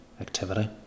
activity